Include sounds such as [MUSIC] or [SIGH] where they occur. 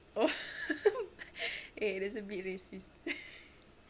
oh [LAUGHS] eh that's a bit racist [LAUGHS]